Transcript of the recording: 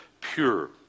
pure